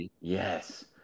Yes